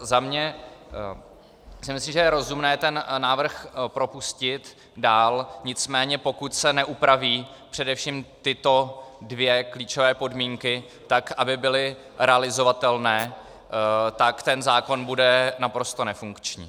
Za sebe si myslím, že je rozumné ten návrh propustit dál, nicméně pokud se neupraví především tyto dvě klíčové podmínky tak, aby byly realizovatelné, tak ten zákon bude naprosto nefunkční.